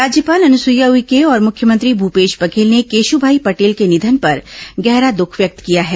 राज्यपाल अनुसुईया उइके और मुख्यमंत्री भूपेश बघेल ने केशुभाई पटेल के निधन पर गहरा दुख व्यक्त किया है